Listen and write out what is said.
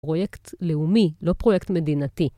פרויקט לאומי, לא פרויקט מדינתי.